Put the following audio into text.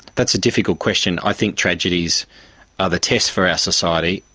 that's a difficult question. i think tragedies are the test for our society,